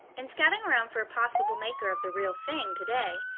in scouting around for a possible maker of the real thing today,